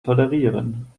tolerieren